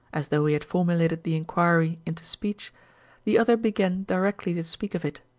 as though he had formulated the inquiry into speech the other began directly to speak of it.